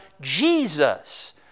Jesus